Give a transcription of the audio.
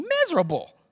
miserable